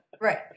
Right